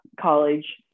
college